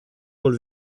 col